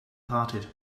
parted